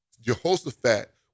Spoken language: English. Jehoshaphat